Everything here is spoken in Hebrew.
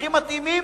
הכי מתאימים,